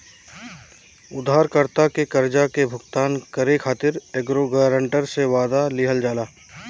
उधारकर्ता के कर्जा के भुगतान करे खातिर एगो ग्रांटर से, वादा लिहल जाला